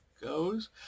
goes